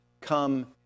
Come